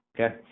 okay